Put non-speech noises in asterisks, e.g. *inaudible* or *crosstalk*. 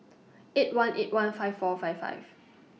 *noise* eight one eight one five four five five